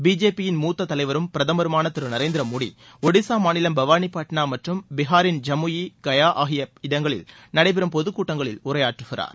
பிஜேபியின் மூத்த தலைவரும் பிரதமருமான திரு நரேந்திர மோடி ஒடிசா மாநிலம் பவாளிபட்னா மற்றும் பீகாரின் ஜம்முயி கயா ஆகிய இடங்களில் நடைபெறும் பொது கூட்டங்களில் உரையாற்றுகிறார்